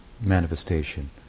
manifestation